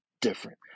different